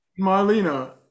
marlena